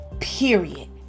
Period